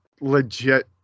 Legit